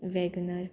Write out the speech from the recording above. Wagon R